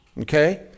Okay